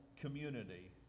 community